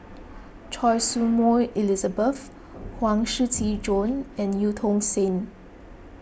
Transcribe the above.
Choy Su Moi Elizabeth Huang Shiqi Joan and Eu Tong Sen